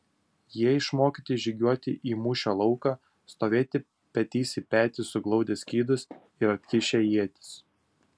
jie išmokyti žygiuoti į mūšio lauką stovėti petys į petį suglaudę skydus ir atkišę ietis